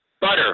butter